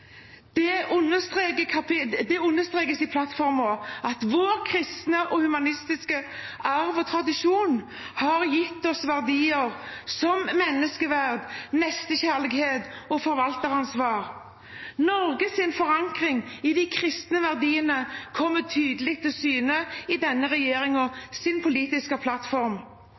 Det understrekes i plattformen at vår kristne og humanistiske arv og tradisjon har gitt oss verdier som menneskeverd, nestekjærlighet og forvalteransvar. Norges forankring i de kristne verdiene kommer tydelig til syne i denne regjeringens politiske plattform.